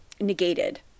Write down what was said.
negated